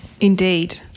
Indeed